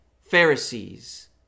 Pharisees